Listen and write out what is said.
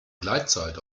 gleitzeit